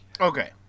Okay